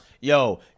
Yo